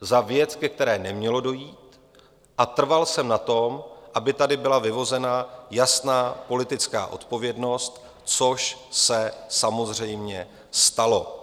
Za věc, ke které nemělo dojít, a trval jsem na tom, aby tady byla vyvozena jasná politická odpovědnost, což se samozřejmě stalo.